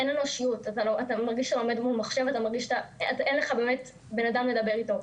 אתה עומד מול מחשב ואין לך באמת בן אדם לדבר אתו.